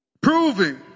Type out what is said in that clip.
proving